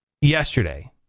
yesterday